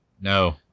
no